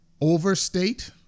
overstate